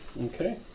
Okay